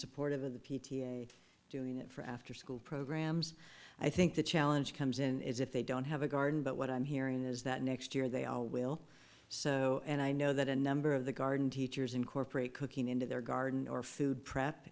supportive of the p t a doing it for afterschool programs i think the challenge comes in is if they don't have a garden but what i'm hearing is that next year they all will so and i know that a number of the garden teachers incorporate cooking into their garden or food prep